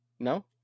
No